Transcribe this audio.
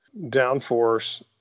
downforce